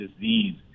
disease